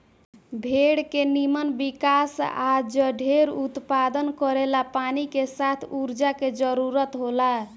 भेड़ के निमन विकास आ जढेर उत्पादन करेला पानी के साथ ऊर्जा के जरूरत होला